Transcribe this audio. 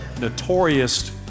notorious